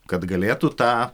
kad galėtų tą